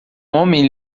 homem